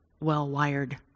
well-wired